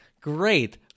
great